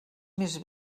més